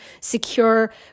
secure